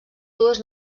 dues